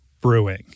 brewing